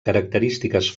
característiques